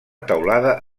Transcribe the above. teulada